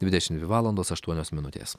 dvidešim dvi valandos aštuonios minutės